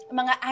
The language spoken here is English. mga